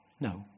no